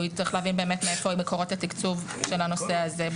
צריך להבין באמת מאיפה מקורות התקצוב של הנושא הזה.